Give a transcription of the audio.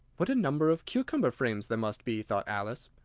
what a number of cucumber-frames there must be! thought alice.